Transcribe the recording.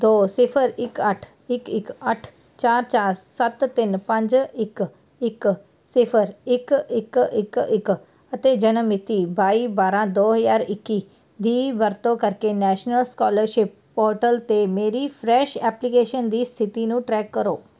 ਦੋ ਸਿਫ਼ਰ ਇੱਕ ਅੱਠ ਇੱਕ ਇੱਕ ਅੱਠ ਚਾਰ ਚਾਰ ਸੱਤ ਤਿੰਨ ਪੰਜ ਇੱਕ ਇੱਕ ਸਿਫ਼ਰ ਇੱਕ ਇੱਕ ਇੱਕ ਇੱਕ ਅਤੇ ਜਨਮ ਮਿਤੀ ਬਾਈ ਬਾਰਾਂ ਦੋ ਹਜ਼ਾਰ ਇੱਕੀ ਦੀ ਵਰਤੋਂ ਕਰਕੇ ਨੈਸ਼ਨਲ ਸਕੋਲਰਸ਼ਿਪ ਪੋਰਟਲ 'ਤੇ ਮੇਰੀ ਫਰੈਸ਼ ਐਪਲੀਕੇਸ਼ਨ ਦੀ ਸਥਿਤੀ ਨੂੰ ਟਰੈਕ ਕਰੋ